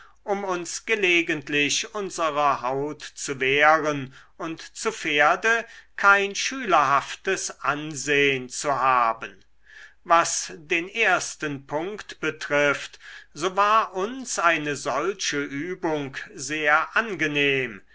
um uns gelegentlich unserer haut zu wehren und zu pferde kein schülerhaftes ansehn zu haben was den ersten punkt betrifft so war uns eine solche übung sehr angenehm